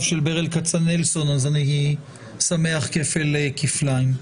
של בל כצנלסון אני שמח כפל כפליים.